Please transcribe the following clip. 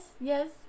Yes